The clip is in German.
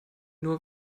nur